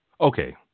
okay